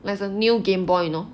it's a new game boy you know